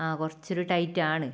ആ കുറച്ചൊരു ടൈറ്റാണ്